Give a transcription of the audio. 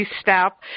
step